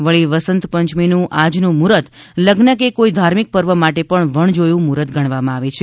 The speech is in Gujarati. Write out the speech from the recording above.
વળી વસંતપંચમીનું આજનું મુફર્ત લઝ્ન કે કોઈ ધાર્મિક પર્વ માટે પણ વણજોયું મુહૂર્ત ગણવામાં આવે છે